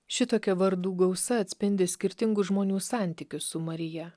šitokia vardų gausa atspindi skirtingus žmonių santykius su marija